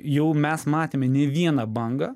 jau mes matėme ne vieną bangą